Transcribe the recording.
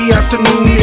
afternoon